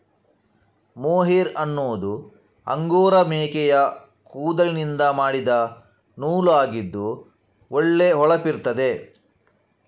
mohair ಅನ್ನುದು Angora ಮೇಕೆಯ ಕೂದಲಿನಿಂದ ಮಾಡಿದ ನೂಲು ಆಗಿದ್ದು ಒಳ್ಳೆ ಹೊಳಪಿರ್ತದೆ